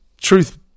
truth